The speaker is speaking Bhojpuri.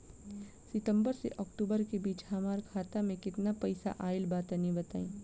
सितंबर से अक्टूबर के बीच हमार खाता मे केतना पईसा आइल बा तनि बताईं?